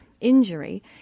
injury